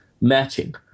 matching